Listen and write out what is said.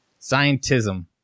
Scientism